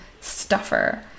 stuffer